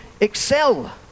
excel